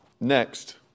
next